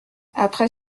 après